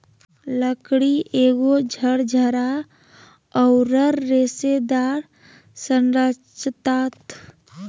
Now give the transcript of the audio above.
लकड़ी एगो झरझरा औरर रेशेदार संरचनात्मक ऊतक हइ